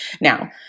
Now